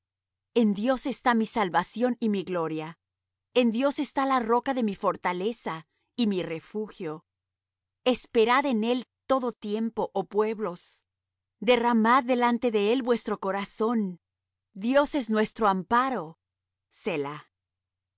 en dios está mi salvación y mi gloria en dios está la roca de mi fortaleza y mi refugio esperad en él en todo tiempo oh pueblos derramad delante de él vuestro corazón dios es nuestro amparo